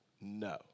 No